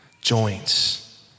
joints